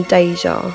Deja